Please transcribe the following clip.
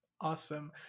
Awesome